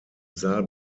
saal